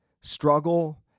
struggle